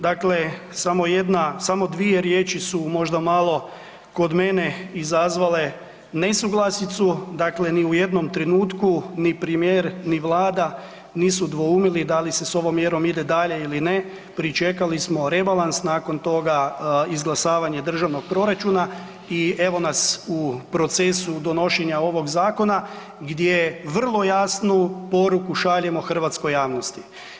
Dakle, samo jedna, samo dvije riječi su možda malo kod mene izazvale nesuglasicu, dakle ni u jednom trenutku ni premijer, ni vlada nisu dvoumili da li se s ovom mjere ide dalje ili ne, pričekali smo rebalans, nakon toga izglasavanje državnog proračuna i evo nas u procesu donošenja ovog zakona gdje vrlo jasnu poruku šaljemo hrvatskoj javnosti.